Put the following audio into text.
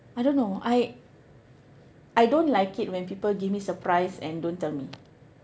I don't know I I don't like it when people give me surprise and don't tell me